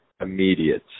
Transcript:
immediate